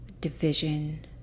division